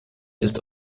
ist